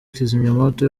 kizimyamwoto